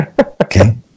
Okay